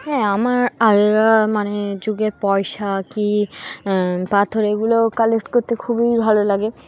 হ্যাঁ আমার আলাদা মানে যুগের পয়সা কি পাথর এগুলো কালেক্ট করতে খুবই ভালো লাগে